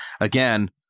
again